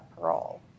parole